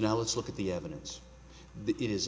now let's look at the evidence i